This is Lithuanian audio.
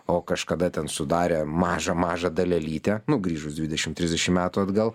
o kažkada ten sudarė mažą mažą dalelytę nu grįžus dvidešim trisdešim metų atgal